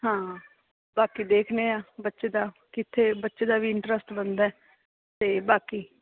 ਹਾਂ ਬਾਕੀ ਦੇਖਦੇ ਹਾਂ ਬੱਚੇ ਦਾ ਕਿੱਥੇ ਬੱਚੇ ਦਾ ਵੀ ਇੰਟ੍ਰਸਟ ਬਣਦਾ ਹੈ ਅਤੇ ਬਾਕੀ